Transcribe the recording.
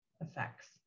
effects